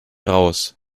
raus